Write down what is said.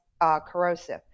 corrosive